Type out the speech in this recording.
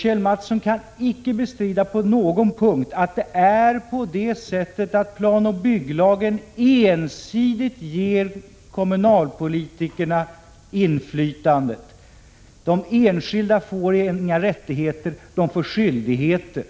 Kjell Mattsson kan icke bestrida att planoch bygglagen ger inflytandet ensidigt åt kommunalpolitikerna. Med det nya plansystemet får de enskilda inga rättigheter — endast skyldigheter.